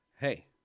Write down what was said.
hey